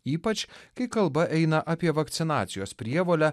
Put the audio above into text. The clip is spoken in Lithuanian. ypač kai kalba eina apie vakcinacijos prievolę